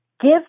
give